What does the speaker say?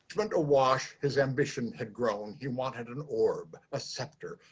a wash his ambition had grown, he wanted an orb, a scepter,